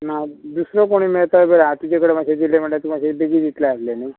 ना दुसरो कोणी मेळता बी जाल्यार आतांचे कडेन मातशे दिलें म्हणल्यार तूं मातशें बेगीन दितले आसले न्हू